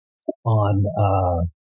On